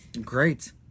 Great